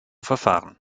verfahren